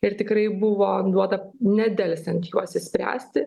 ir tikrai buvo duota nedelsiant juos išspręsti